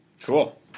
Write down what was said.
cool